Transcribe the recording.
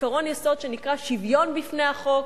עקרון יסוד שנקרא "שוויון בפני החוק"?